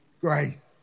grace